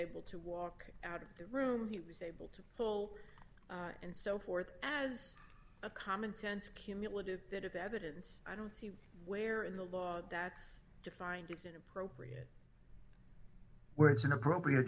able to walk out of the room he was able to pull out and so forth as a common sense cumulative bit of evidence i don't see where in the law that's defined as inappropriate where it's an appropriate